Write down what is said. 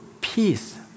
peace